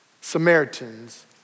Samaritans